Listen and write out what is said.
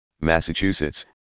Massachusetts